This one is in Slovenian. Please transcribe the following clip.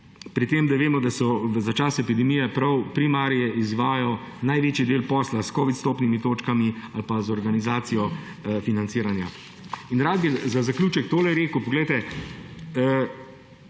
Pri tem, da vemo, da je za čas epidemije prav primar izvajal največji del posla s covid vstopnimi točkami ali pa z organizacijo financiranja. In rad bi za zaključek tole rekel. Kolegica